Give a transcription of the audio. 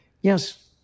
Yes